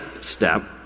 step